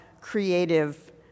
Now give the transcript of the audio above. creative